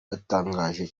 batangaje